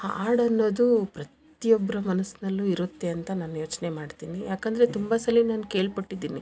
ಹಾಡು ಅನ್ನೋದು ಪ್ರತಿಯೊಬ್ರ ಮನಸ್ನಲ್ಲೂ ಇರುತ್ತೆ ಅಂತ ನಾನ್ ಯೋಚನೆ ಮಾಡ್ತೀನಿ ಯಾಕಂದರೆ ತುಂಬಾ ಸರ್ತಿ ನಾನು ಕೇಳ್ಪಟ್ಟಿದ್ದೀನಿ